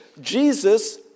Jesus